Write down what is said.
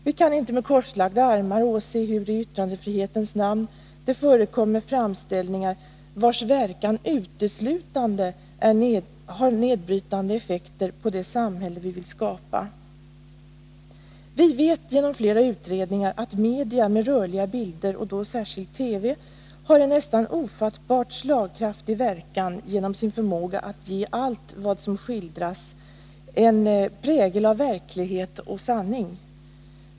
Vi kan inte med korslagda armar åse hur det i yttrandefrihetens namn förekommer framställningar, vars verkan uteslutande har nedbrytande effekter på det samhälle vi vill skapa. Vi vet genom flera utredningar att media med rörliga bilder — och då särskilt TV — har en nästan ofattbart slagkraftig verkan genom sin förmåga att ge allt vad som skildras en prägel av verklighet och sanning.